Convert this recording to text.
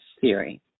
theory